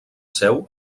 seu